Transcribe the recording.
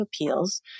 Appeals